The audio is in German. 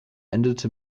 endete